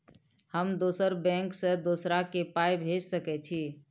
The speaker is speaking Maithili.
हम दोसर बैंक से दोसरा के पाय भेज सके छी?